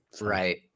Right